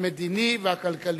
המדיני והכלכלי.